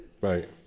right